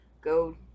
go